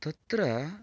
तत्र